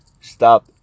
stop